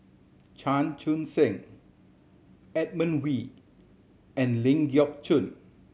Chan Chun Sing Edmund Wee and Ling Geok Choon